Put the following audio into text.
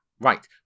Right